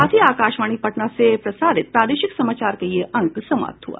इसके साथ ही आकाशवाणी पटना से प्रसारित प्रादेशिक समाचार का ये अंक समाप्त हुआ